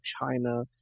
China